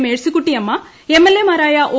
മേഴ്സിക്കുട്ടിയമ്മ എംഎൽഎമാരായ ഒ